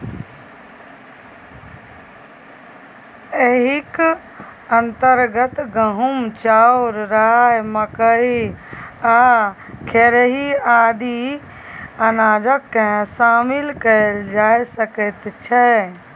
एहिक अंतर्गत गहूम, चाउर, राई, मकई आ खेरही आदि अनाजकेँ शामिल कएल जा सकैत छै